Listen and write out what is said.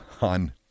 on